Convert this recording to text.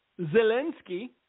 Zelensky